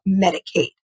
Medicaid